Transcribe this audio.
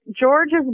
George's